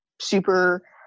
super –